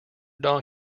don